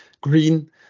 green